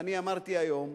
ואני אמרתי היום: